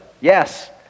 Yes